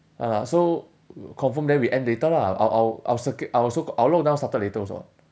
ya lah so confirm then we end later lah our our our circuit our so called our lockdown started later also